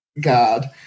God